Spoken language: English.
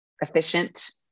efficient